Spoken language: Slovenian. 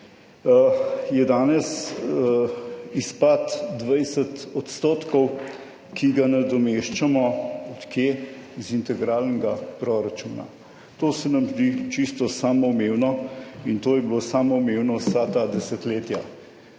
je danes izpad 20 %, ki ga nadomeščamo - od kje? - iz integralnega proračuna. To se nam zdi čisto samoumevno. In to je bilo samoumevno vsa ta desetletja.